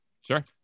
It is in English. Sure